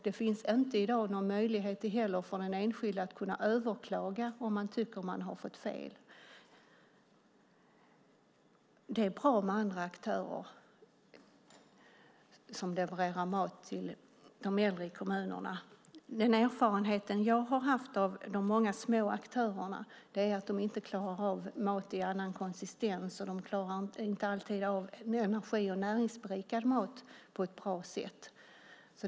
Det finns inte i dag någon möjlighet för den enskilde att överklaga om man tycker att det har blivit fel. Det är bra med andra aktörer som levererar mat till de äldre i kommunerna. Den erfarenhet jag har haft av de många små aktörerna är att de inte klarar av att laga mat med annan konsistens, och de klarar inte alltid av att laga energi och näringsberikad mat på ett bra sätt.